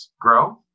grow